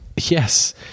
yes